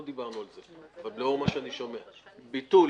ביטול,